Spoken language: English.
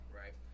right